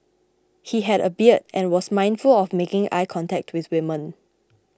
he had a beard and was mindful of making eye contact with women